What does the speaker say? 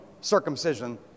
circumcision